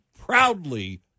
proudly